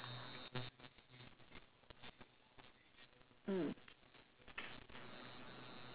mm